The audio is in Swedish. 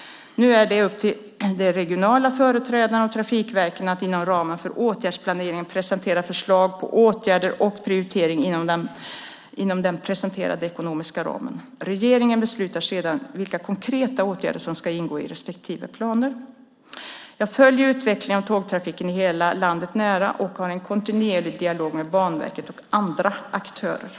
Nu är det upp till de regionala företrädarna och trafikverken att inom ramen för åtgärdsplaneringen presentera förslag på åtgärder och prioritering inom den presenterade ekonomiska ramen. Regeringen beslutar sedan vilka konkreta åtgärder som ska ingå i respektive planer. Jag följer utvecklingen av tågtrafiken i hela landet nära och har en kontinuerlig dialog med Banverket och de andra aktörerna.